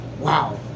wow